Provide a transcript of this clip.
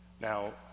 Now